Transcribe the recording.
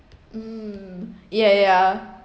mm yeah yeah